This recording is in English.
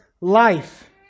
life